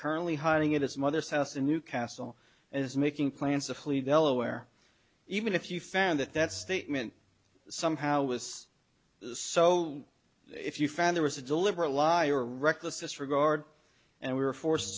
currently hiding in its mother's house in newcastle and is making plans to flee delaware even if you found that that statement somehow was so if you found there was a deliberate lie or reckless disregard and were forced